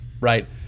right